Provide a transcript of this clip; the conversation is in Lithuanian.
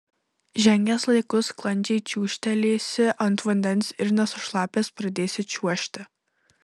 žengęs laiku sklandžiai čiūžtelėsi ant vandens ir nesušlapęs pradėsi čiuožti